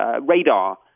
radar